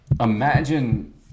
Imagine